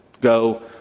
go